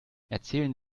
erzählen